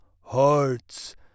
hearts